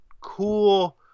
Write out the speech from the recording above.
cool –